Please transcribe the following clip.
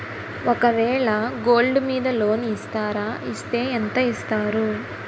ఒక వేల గోల్డ్ మీద లోన్ ఇస్తారా? ఇస్తే ఎంత ఇస్తారు?